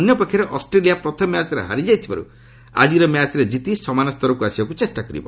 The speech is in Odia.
ଅନ୍ୟ ପକ୍ଷରେ ଅଷ୍ଟ୍ରେଲିଆ ପ୍ରଥମ ମ୍ୟାଚ୍ରେ ହାରିଥିବାରୁ ଏହି ମ୍ୟାଚ୍ରେ ଜିତି ସମାନ ସ୍ତରକୁ ଆସିବାକୁ ଚେଷ୍ଟା କରିବ